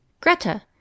Greta